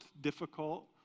difficult